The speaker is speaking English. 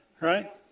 right